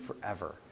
forever